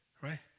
right